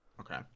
Okay